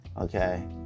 okay